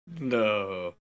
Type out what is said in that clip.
No